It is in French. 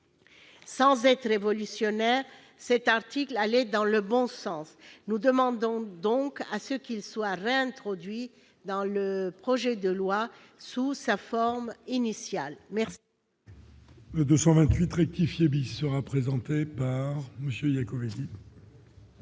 Sans être révolutionnaire, cet article allait dans le bon sens. Nous demandons donc qu'il soit réintroduit dans le projet de loi sous sa forme initiale. La